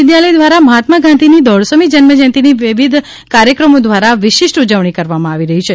વિદ્યાલય દ્વારા મહાત્મા ગાંધીની દોઢસોમી જન્મજયંતિની વિવિધ કાર્યક્રમો દ્વારા વિશિષ્ટ ઉજવણી કરવામાં આવી રહી છે